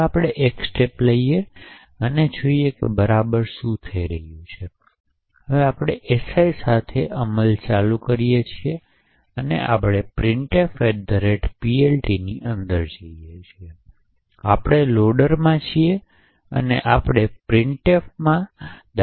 હવે એક પગલું લઈએ અને બરાબર શું થઈ રહ્યું છે તે જોવો તેથી આપણે si સાથે હજુ પણ અમલ કરવામાં આવે છે આપણે હવે printfPLTની અંદર જઇયે આપણે લોડર માં છીયે અને હવે આપણે printfમાં દાખલ થઈએ